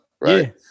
right